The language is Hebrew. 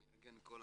מארגן את כל